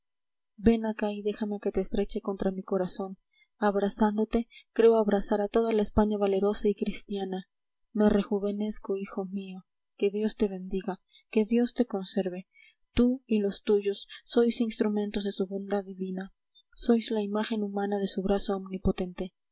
ven acá y déjame que te estreche contra mi corazón abrazándote creo abrazar a toda la españa valerosa y cristiana me rejuvenezco hijo mío que dios te bendiga que dios te conserve tú y los tuyos sois instrumentos de su bondad divina sois la imagen humana de su brazo omnipotente